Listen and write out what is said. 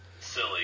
silly